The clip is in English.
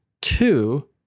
Two